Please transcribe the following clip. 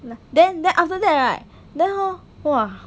then then after that right then hor !wah!